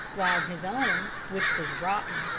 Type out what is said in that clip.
while his own, which was rotten,